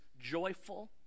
joyful